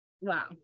Wow